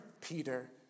Peter